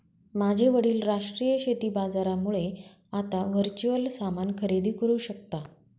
माझे वडील राष्ट्रीय शेती बाजारामुळे आता वर्च्युअल सामान खरेदी करू शकता